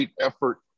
effort